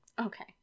Okay